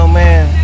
man